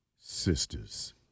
sisters